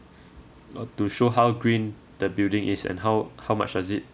uh to show how green the building is and how how much does it